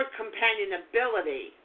companionability